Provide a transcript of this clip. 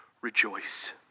rejoice